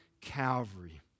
Calvary